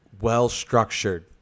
well-structured